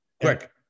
Quick